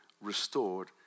restored